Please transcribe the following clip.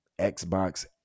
Xbox